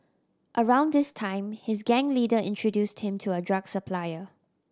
around this time his gang leader introduced him to a drug supplier